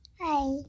Hi